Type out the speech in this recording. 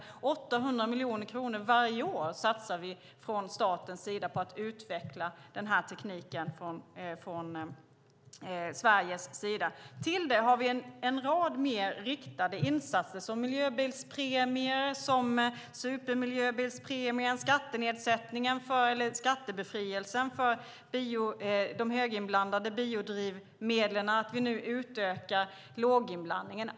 Vi satsar 800 miljoner kronor varje år från statens sida på att utveckla den tekniken. Till det har vi en rad mer riktade insatser, som miljöbilspremie, supermiljöbilspremie och skattebefrielse för de höginblandade biodrivmedlen - att vi nu ökar låginblandningen.